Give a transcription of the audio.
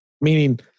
meaning